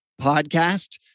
Podcast